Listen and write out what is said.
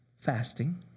fasting